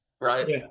right